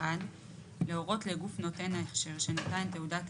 אף אחד לא יכול לשנות גם אם הממשלה הזאת תיפול.